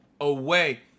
away